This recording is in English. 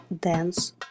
dance